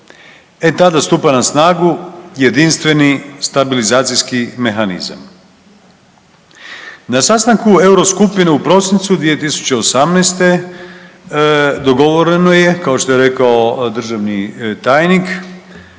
e tada stupa na snagu jedinstveni stabilizacijski mehanizam. Na sastanku euro skupine u prosincu 2018. dogovoreno je kao što je rekao državni tajnik